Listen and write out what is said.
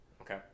Okay